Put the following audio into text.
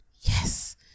Yes